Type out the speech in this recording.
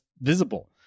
visible